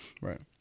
Right